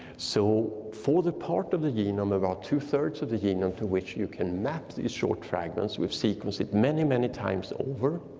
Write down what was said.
so for the part of the genome about two three of the genome to which you can map these short fragments we've sequenced it many many times over,